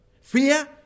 Fear